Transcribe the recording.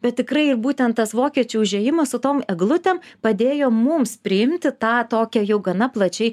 bet tikrai ir būtent tas vokiečių užėjimas su tom eglutėm padėjo mums priimti tą tokią jau gana plačiai